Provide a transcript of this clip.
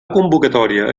convocatòria